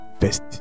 first